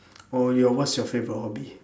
orh your what's your favourite hobby